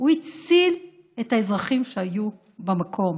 הוא הציל את האזרחים שהיו במקום,